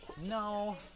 No